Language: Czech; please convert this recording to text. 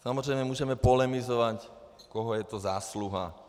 Samozřejmě můžeme polemizovat, koho je to zásluha.